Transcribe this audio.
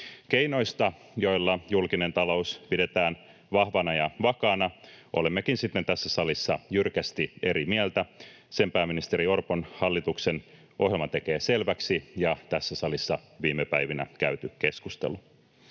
Keinoista, joilla julkinen talous pidetään vahvana ja vakaana, olemmekin sitten tässä salissa jyrkästi eri mieltä, sen pääministeri Orpon hallituksen ohjelma tekee selväksi ja tässä salissa viime päivinä käyty keskustelu.